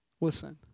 listen